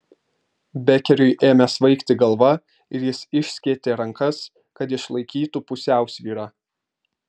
bekeriui ėmė svaigti galva ir jis išskėtė rankas kad išlaikytų pusiausvyrą